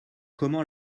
comment